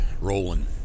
rolling